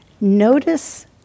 Notice